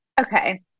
Okay